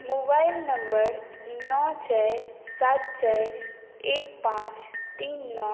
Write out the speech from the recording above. mobile number नओ चारि सात चारि एक पाँच तीन नओ